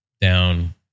down